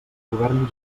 govern